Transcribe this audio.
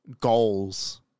goals